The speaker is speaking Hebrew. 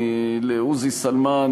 לעוזי סלמן,